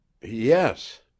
Yes